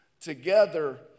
Together